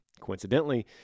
Coincidentally